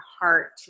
heart